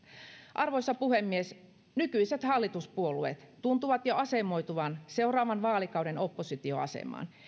arvoisa puhemies nykyiset hallituspuolueet tuntuvat jo asemoituvan seuraavan vaalikauden oppositioasemaan